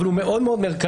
אבל הוא מאוד מאוד מרכזי,